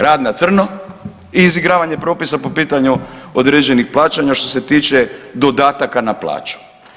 Rad na crno i izigravanje propisa po pitanju određenih plaćanja što se tiče dodataka na plaću.